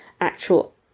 actual